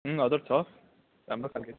हजुर छ राम्रो खालको